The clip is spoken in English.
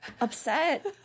upset